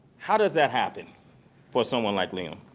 how does that happen for someone likely am?